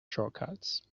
shortcuts